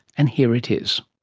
and here it is.